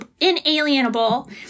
inalienable